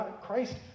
Christ